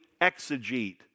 exegete